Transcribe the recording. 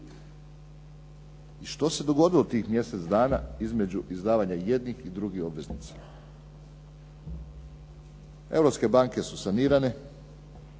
I što se dogodilo tih mjesec dana između izdavanja jednih i drugih obveznica? Europske banke su sanirane,